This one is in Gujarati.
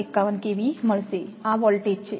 51 kV મળશેઆ વોલ્ટેજ છે